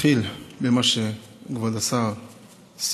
אתחיל במה שכבוד השר סיים.